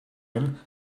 him